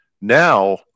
Now